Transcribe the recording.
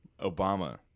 Obama